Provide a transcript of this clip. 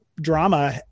drama